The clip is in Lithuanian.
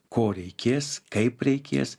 ko reikės kaip reikės